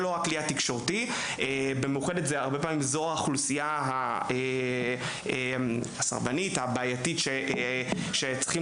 מאוחדת מרכזת את רוב האוכלוסייה הסרבנית שצריכים